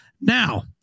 Now